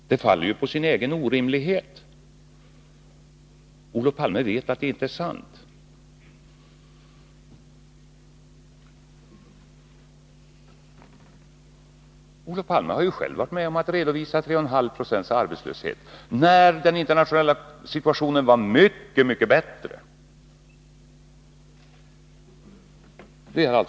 Detta faller på sin egen orimlighet. Olof Palme vet att det inte är sant — han har ju själv varit med om att redovisa 3,5 96 arbetslöshet, och då var den internationella situationen långt bättre än den är nu.